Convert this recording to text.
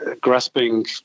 grasping